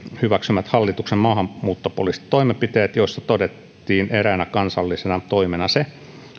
hyväksymät maahanmuuttopoliittiset toimenpiteet joissa todettiin eräänä kansallisena toimena se